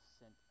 sent